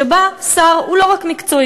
שבה שר הוא לא רק מקצועי,